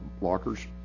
lockers